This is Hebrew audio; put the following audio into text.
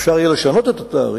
אפשר יהיה לשנות את התעריף,